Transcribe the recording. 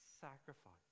sacrifice